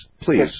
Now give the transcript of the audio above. please